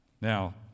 Now